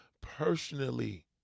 personally